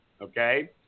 Okay